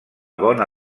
bona